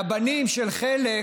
והבנים של חלק